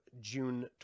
June